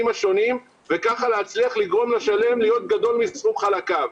השונים וכך להצליח לגרום לשלם להיות גדול מסכום חלקיו.